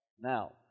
Now